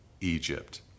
Egypt